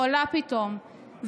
חולה פתאום,